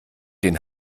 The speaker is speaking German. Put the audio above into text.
den